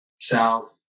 south